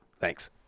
Thanks